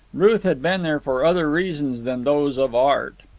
ruth had been there for other reasons than those of art.